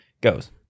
goes